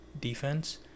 defense